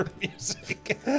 music